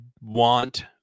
want